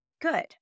Good